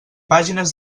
pàgines